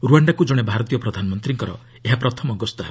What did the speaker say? ରୁଆଣ୍ଡାକୁ ଜଣେ ଭାରତୀୟ ପ୍ରଧାନମନ୍ତ୍ରୀଙ୍କର ଏହା ପ୍ରଥମ ଗସ୍ତ ହେବ